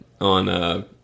on